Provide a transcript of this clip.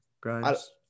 Grimes